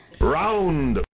Round